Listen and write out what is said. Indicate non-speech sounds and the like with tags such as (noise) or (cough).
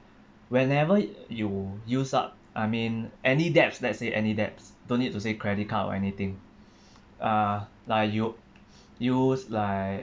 whenever you use up I mean any debts let's say any debts don't need to say credit card or anything (breath) uh like you (breath) use like